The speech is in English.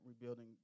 rebuilding